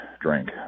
drink